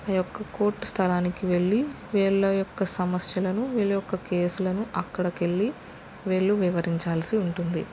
ఆ యొక్క కోర్టు స్థలానికి వెళ్ళి వీళ్ళ యొక్క సమస్యలను వీళ్ళ యొక్క కేసులను అక్కడకి వెళ్ళి వీళ్ళు వివరించాల్సి ఉంటుంది